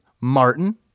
Martin